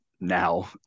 now